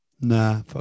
Nah